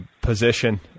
position